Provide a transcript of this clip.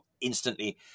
instantly